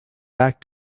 back